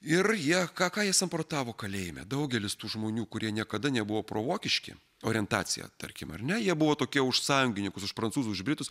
ir jie ką ką jie samprotavo kalėjime daugelis tų žmonių kurie niekada nebuvo provokiški orientacija tarkim ar ne jie buvo tokia už sąjungininkus už prancūzus už britus